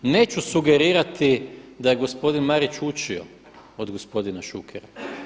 Neću sugerirati da je gospodin Marić učio od gospodina Šukera.